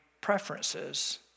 preferences